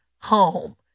home